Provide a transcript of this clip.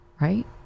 Right